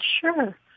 sure